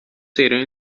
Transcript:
ایرانی